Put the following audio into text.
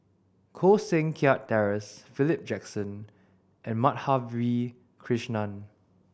Koh Seng Kiat Terence Philip Jackson and Madhavi Krishnan